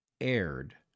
aired